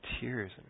tears